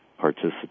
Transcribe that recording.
participate